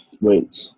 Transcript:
Wait